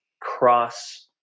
cross-